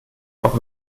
auch